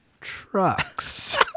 trucks